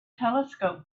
telescope